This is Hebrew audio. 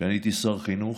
כשהייתי שר החינוך,